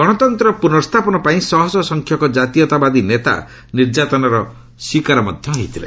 ଗଣତନ୍ତ୍ରର ପୁର୍ନସ୍ଥାପନ ପାଇଁ ଶହଶହ ସଂଖ୍ୟକ ଜାତୀୟତାବାଦୀ ନେତା ନିର୍ଯ୍ୟାତନାର ଶିକାର ହୋଇଥିଲେ